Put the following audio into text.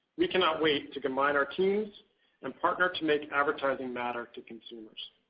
we cannot wait to combine our teams and partner to make advertising matter to consumers.